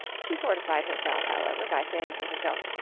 she fortified herself, however, by saying to herself,